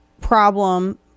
problem